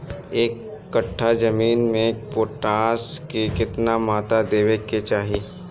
एक कट्ठा जमीन में पोटास के केतना मात्रा देवे के चाही?